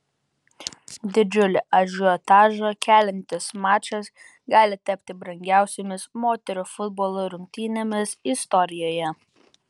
didžiulį ažiotažą keliantis mačas gali tapti brangiausiomis moterų futbolo rungtynėmis istorijoje